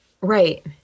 Right